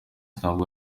ntabwo